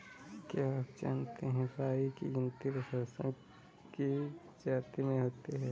क्या आप जानते है राई की गिनती सरसों की जाति में होती है?